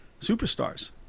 superstars